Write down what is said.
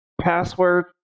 password